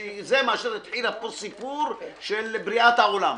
מאשר יתחיל פה סיפור של בריאת העולם.